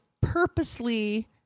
purposely